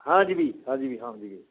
ହଁ ଯିବି ହଁ ଯିବି ହଁ ଯିବି